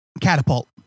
Catapult